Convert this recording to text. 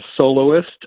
soloist